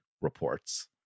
reports